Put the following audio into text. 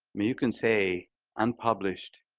mean, you can say unpublished